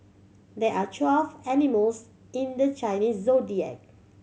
there are twelve animals in the Chinese Zodiac